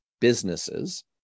businesses